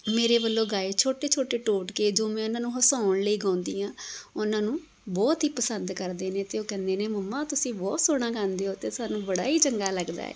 ਮੇਰੇ ਵੱਲੋਂ ਗਾਏ ਛੋਟੇ ਛੋਟੇ ਟੋਟਕੇ ਜੋ ਮੈਂ ਉਹਨਾਂ ਨੂੰ ਹਸਾਉਣ ਲਈ ਗਾਉਂਦੀ ਹਾਂ ਉਹਨਾਂ ਨੂੰ ਬਹੁਤ ਹੀ ਪਸੰਦ ਕਰਦੇ ਨੇ ਅਤੇ ਉਹ ਕਹਿੰਦੇ ਨੇ ਮੰਮਾ ਤੁਸੀਂ ਬਹੁਤ ਸੋਹਣਾ ਗਾਉਂਦੇ ਹੋ ਅਤੇ ਸਾਨੂੰ ਬੜਾ ਹੀ ਚੰਗਾ ਲੱਗਦਾ ਹੈ